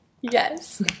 Yes